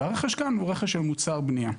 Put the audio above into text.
והרכש כאן הוא רכש של מוצר בנייה.